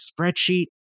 spreadsheet